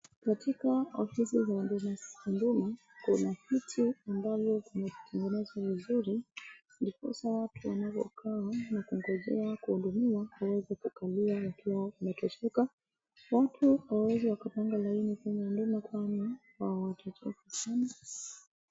Katika ofisi za huduma kuna viti ambazo zimetegenezwa vizuri ndiposa watu wanapokaa na kungojea kuhudumiwa waweze kukalia wakiwa wametosheka. Watu hawawezi wakapanga laini kwenye huduma kwani watachoka sana.